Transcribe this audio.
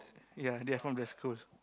ya they are from that school